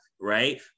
right